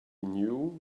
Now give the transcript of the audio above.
knew